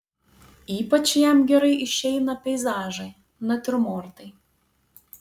ypač jam gerai išeina peizažai natiurmortai